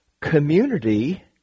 community